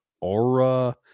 Aura